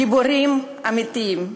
גיבורים אמיתיים.